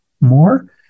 more